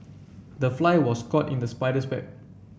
the fly was caught in the spider's web